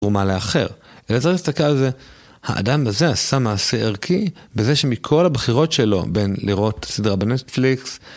ומה לאחר, אלא צריך להסתכל על זה, האדם הזה עשה מעשה ערכי בזה שמכל הבחירות שלו בין לראות את הסדרה בנטפליקס...